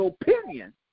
opinion